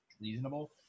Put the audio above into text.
reasonable